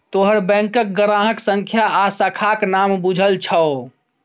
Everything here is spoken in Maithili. तोहर बैंकक ग्राहक संख्या आ शाखाक नाम बुझल छौ